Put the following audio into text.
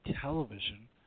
television